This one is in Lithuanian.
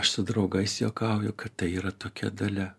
aš su draugais juokauju kad tai yra tokia dalia